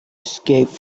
escaped